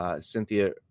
Cynthia